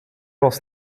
was